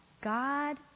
God